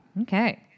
Okay